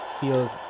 feels